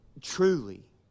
truly